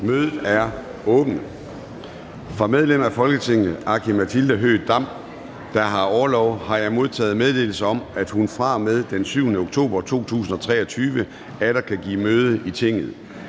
Mødet er åbnet. Fra medlem af Folketinget Aki-Matilda Høegh-Dam (SIU), der har orlov, har jeg modtaget meddelelse om, at hun fra og med den 7. oktober 2023 atter kan give møde i Tinget.